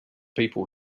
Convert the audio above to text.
people